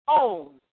own